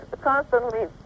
constantly